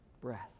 Breath